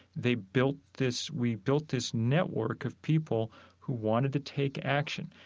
they built this we built this network of people who wanted to take action.